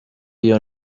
iyo